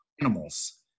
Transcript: animals